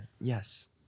yes